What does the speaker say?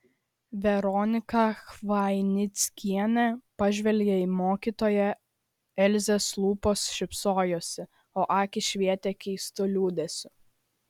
veronika chvainickienė pažvelgė į mokytoją elzės lūpos šypsojosi o akys švietė keistu liūdesiu